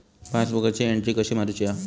पासबुकाची एन्ट्री कशी मारुची हा?